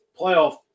playoff